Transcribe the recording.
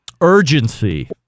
urgency